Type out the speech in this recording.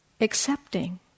accepting